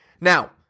Now